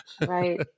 Right